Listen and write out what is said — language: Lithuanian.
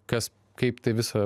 kas kaip tai visa